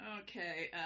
Okay